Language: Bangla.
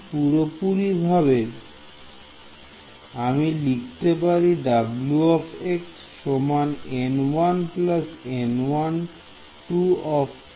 এই পুরোপুরিভাবে আমি লিখতে পারি W সমান N1